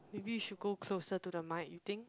maybe you should go closer to the mic you think